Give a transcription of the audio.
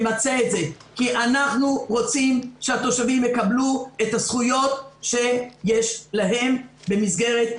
כי אנחנו רוצים שהתושבים יקבלו את הזכויות שיש להם במסגרת החוק.